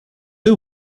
who